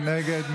מי נגד?